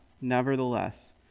Nevertheless